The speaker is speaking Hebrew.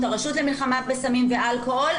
הרשות למלחמה בסמים ובאלכוהול,